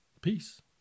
Peace